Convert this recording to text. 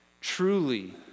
truly